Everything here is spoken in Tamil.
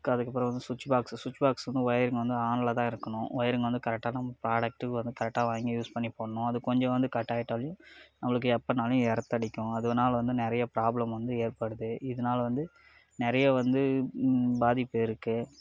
அதுக்கு அப்புறம் வந்து சுவிட்ச் பாக்ஸு சுவிட்ச் பாக்ஸு வந்து ஒயரிங் வந்து ஆனில் தான் இருக்கணும் ஒயரிங் வந்து கரெக்டாதான் பிராடக்டுக்கு வரும் கரெக்டா வாங்கி யூஸ் பண்ணி பண்ணணும் அது கொஞ்சம் வந்து கட்டாகிட்டாலும் நம்மளுக்கு எப்போனாலும் எர்த்தடிக்கும் அதனால வந்து நிறைய ப்ராப்ளம் வந்து ஏற்படுது இதனால வந்து நிறைய வந்து பாதிப்பு இருக்கு